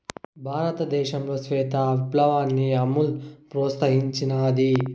భారతదేశంలో శ్వేత విప్లవాన్ని అమూల్ ప్రోత్సహించినాది